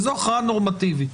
וזו הכרעה נורמטיבית,